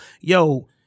yo